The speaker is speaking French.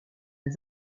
des